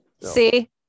See